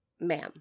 Ma'am